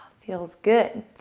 feels good.